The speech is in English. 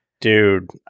Dude